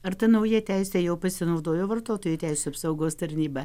ar ta nauja teise jau pasinaudojo vartotojų teisių apsaugos tarnyba